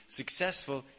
successful